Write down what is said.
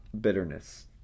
bitterness